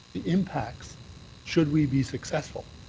the impact should we be successful.